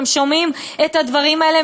הם שומעים את הדברים האלה.